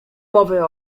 mowy